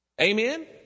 Amen